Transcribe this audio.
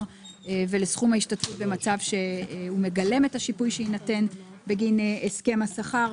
ולסכום ההשתתפות במצב שהוא מגלם את השיפוי שיינתן בגין הסכם השכר,